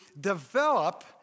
develop